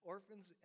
Orphans